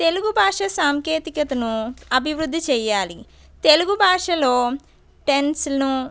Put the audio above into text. తెలుగు భాష సాంకేతికతను అభివృద్ధి చెయ్యాలి తెలుగు భాషలో టెన్స్ను